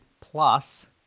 plus